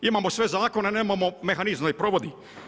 Imamo sve zakone, nemamo mehanizam da ih provodi.